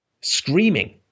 screaming